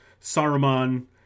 Saruman